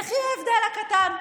יחי ההבדל הקטן.